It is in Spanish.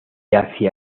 hacia